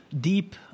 deep